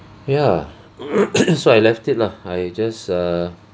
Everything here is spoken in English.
ya so I left it lah I just err